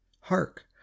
hark